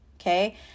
okay